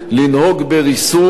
לנהוג בריסון,